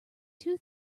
two